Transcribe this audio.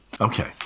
Okay